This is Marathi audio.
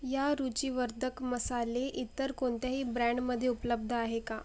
या रुचीवर्धक मसाले इतर कोणत्याही ब्रँडमध्ये उपलब्ध आहे का